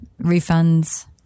refunds